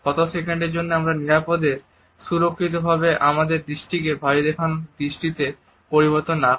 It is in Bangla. কত সেকেন্ডের জন্য আমরা নিরাপদে সুরক্ষিতভাবে আমাদের দৃষ্টিকে ভয় দেখানোর দৃষ্টিতে পরিবর্তন না করে